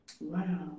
Wow